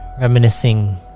reminiscing